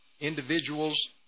individuals